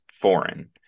foreign